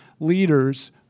leaders